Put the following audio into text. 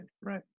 right